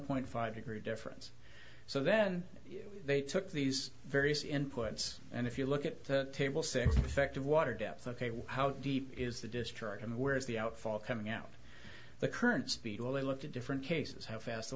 point five degree difference so then they took these various inputs and if you look at the table six effect of water depth ok how deep is the discharge and where is the outfall coming out the current speed well they look to different cases how fast the